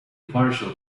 partial